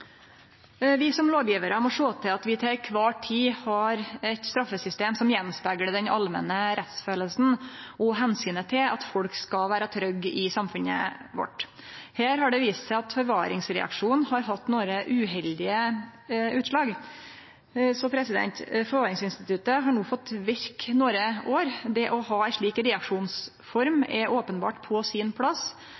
Vi som lovgjevarar må sjå til at vi til kvar tid har eit straffesystem som speglar av den allmenne rettsfølelsen og omsynet til at folk skal vere trygge i samfunnet vårt. Her har det vist seg at forvaringsreaksjonen har hatt nokre uheldige utslag. Forvaringsinstituttet har no fått verke nokre år. Det å ha ei slik reaksjonsform